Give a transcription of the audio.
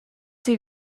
see